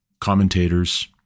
commentators